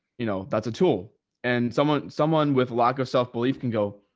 you know, that's a tool and someone, someone with lack of self belief can go.